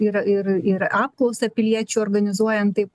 ir apklausą piliečių organizuojant taip pat ir sužinant vat